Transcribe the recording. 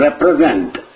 represent